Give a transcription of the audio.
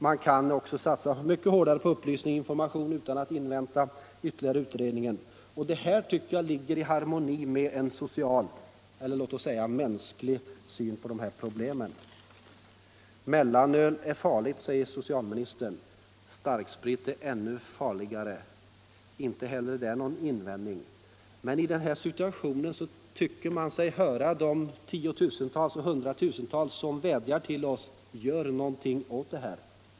Man kan även satsa mycket aktivare på upplysning och information utan att invänta ytterligare utredning. Detta tycker jag är i harmoni med en social — eller låt oss säga mänsklig — syn på dessa problem. Mellanöl är farligt, säger socialministern, starksprit är ännu farligare. Inte heller därvidlag har jag någon invändning. Men i denna situation tycker man sig höra de tiotusentals och hundratusentals människor som vädjar till oss att göra något åt det här.